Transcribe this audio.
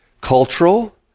cultural